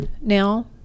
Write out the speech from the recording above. now